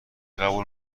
قبول